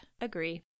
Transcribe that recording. Agree